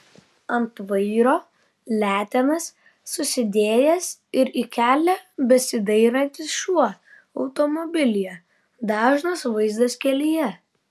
ant vairo letenas susidėjęs ir į kelią besidairantis šuo automobilyje dažnas vaizdas kelyje